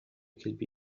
كلبي